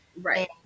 Right